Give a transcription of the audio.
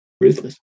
ruthless